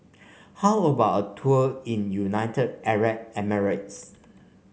how about a tour in United Arab Emirates